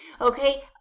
okay